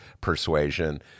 persuasion